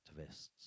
activists